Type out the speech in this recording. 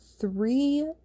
three